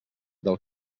del